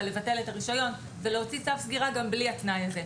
המשרד יכול לבטל מיד את הרישיון ולהוציא צו סגירה גם בלי התנאי הזה.